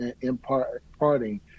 imparting